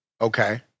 Okay